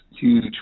huge